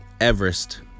Everest